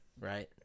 Right